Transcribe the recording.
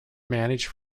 managed